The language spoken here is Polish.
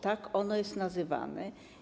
Tak ono jest nazywane.